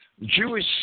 Jewish